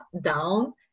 down